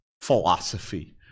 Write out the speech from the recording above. philosophy